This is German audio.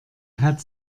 hat